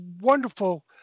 wonderful